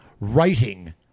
writing